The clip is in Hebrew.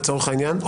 לצורך העניין,